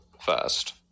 first